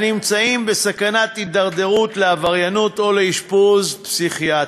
הנמצאים בסכנת הידרדרות לעבריינות או לאשפוז פסיכיאטרי.